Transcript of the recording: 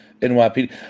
NYPD